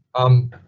um,